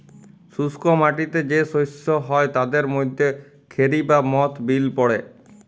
শুস্ক মাটিতে যে শস্য হ্যয় তাদের মধ্যে খেরি বা মথ বিল পড়ে